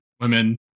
women